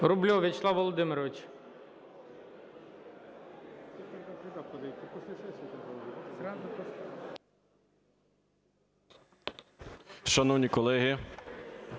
Рубльов Вячеслав Володимирович.